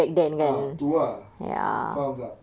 ah tu ah faham tak